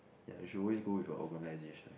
ya you should always go with a organisation